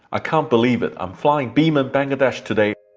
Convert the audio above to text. ah can't believe it. i'm flying biman bangladesh today.